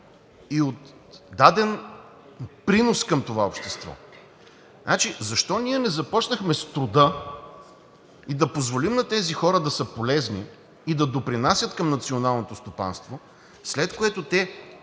и от даден принос към това общество. Защо ние не започнахме с труда – да позволим на тези хора да са полезни и да допринасят към националното стопанство, след което те,